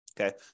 Okay